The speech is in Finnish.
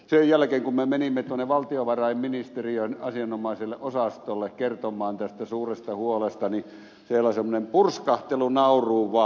sen jälkeen kun me menimme tuonne valtiovarainministeriön asianomaiselle osastolle kertomaan tästä suuresta huolesta niin siellä semmoinen purskahtelunauru vaan syntyi